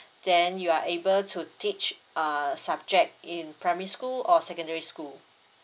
then you are able to teach uh subject in primary school or secondary school